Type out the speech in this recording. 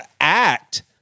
act